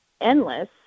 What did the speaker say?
endless